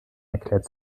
erklärt